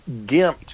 gimped